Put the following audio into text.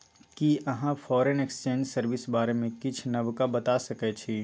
कि अहाँ foreign exchange service बारे मे किछ नबका बता सकै छी